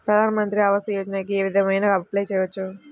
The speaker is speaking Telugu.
ప్రధాన మంత్రి ఆవాసయోజనకి ఏ విధంగా అప్లే చెయ్యవచ్చు?